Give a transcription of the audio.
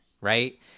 right